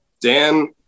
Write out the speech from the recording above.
Dan